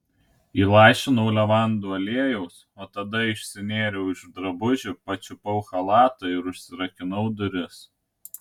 įlašinau levandų aliejaus o tada išsinėriau iš drabužių pačiupau chalatą ir užsirakinau duris